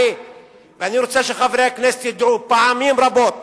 אני רוצה שחברי הכנסת ידעו שפעמים רבות